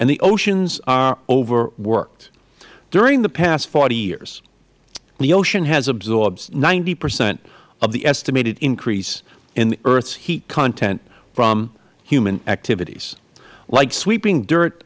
and the oceans are overworked during the past forty years the ocean has absorbed ninety percent of the estimated increase in the earth's heat content from human activities like sweeping dirt